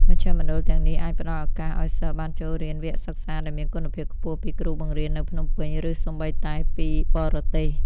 មជ្ឈមណ្ឌលទាំងនេះអាចផ្តល់ឱកាសឱ្យសិស្សបានចូលរៀនវគ្គសិក្សាដែលមានគុណភាពខ្ពស់ពីគ្រូបង្រៀននៅភ្នំពេញឬសូម្បីតែពីបរទេស។